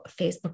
Facebook